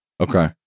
Okay